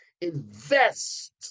Invest